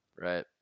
right